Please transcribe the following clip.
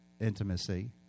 intimacy